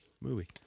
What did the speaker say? movie